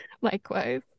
Likewise